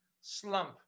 slump